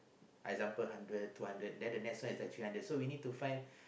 example hundred two hundred then the next one is like three hundred so we need to find